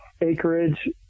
acreage